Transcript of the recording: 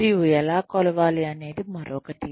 మరియు ఎలా కొలవాలి అనేది మరొకటి